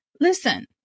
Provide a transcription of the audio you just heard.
listen